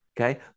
Okay